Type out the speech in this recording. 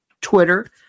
Twitter